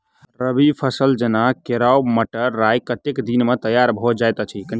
रबी फसल जेना केराव, मटर, राय कतेक दिन मे तैयार भँ जाइत अछि?